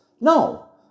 No